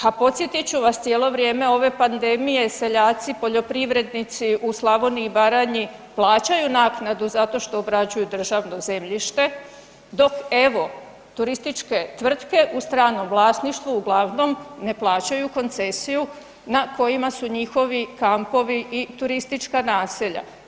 Ha podsjetit ću vas, cijelo vrijeme ove pandemije seljaci i poljoprivrednici u Slavoniji i Baranji plaćaju naknadu zato što obrađuju državno zemljište, dok evo turističke tvrtke u stranom vlasništvu uglavnom ne plaćaju koncesiju na kojima su njihovi kampovi i turistička naselja.